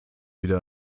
wieder